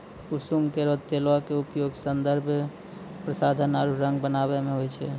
कुसुम केरो तेलो क उपयोग सौंदर्य प्रसाधन आरु रंग बनावै म होय छै